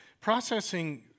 processing